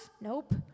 Nope